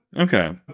okay